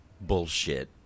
bullshit